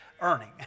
earning